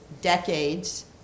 decades